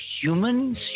humans